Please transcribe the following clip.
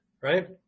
right